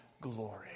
glory